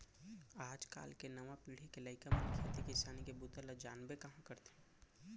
आज काल के नवा पीढ़ी के लइका मन खेती किसानी के बूता ल जानबे कहॉं करथे